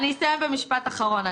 אסיים במשפט אחרון.